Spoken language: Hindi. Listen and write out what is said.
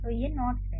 तो ये नोड्स हैं